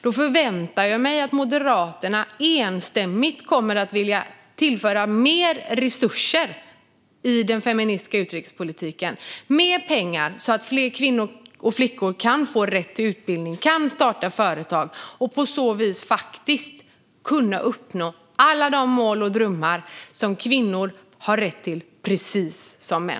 Då förväntar jag mig att Moderaterna enstämmigt kommer att vilja tillföra mer resurser i den feministiska utrikespolitiken, mer pengar, så att fler kvinnor och flickor kan få rätt till utbildning och starta företag och på så vis faktiskt kunna uppnå alla de mål och drömmar som kvinnor har rätt till precis som män.